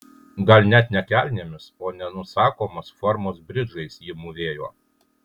gal net ne kelnėmis o nenusakomos formos bridžais ji mūvėjo